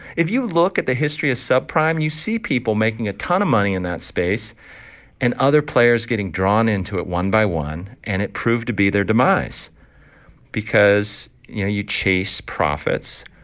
if you look at the history of subprime, you see people making a ton of money in that space and other players getting drawn into it one by one. and it proved to be their demise because you know you chase profits,